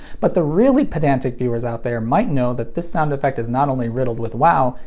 but the really pedantic viewers out there might know that this sound effect is not only riddled with wow,